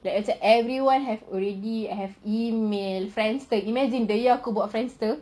macam everyone have already have email friendster imagine the year aku buat friendster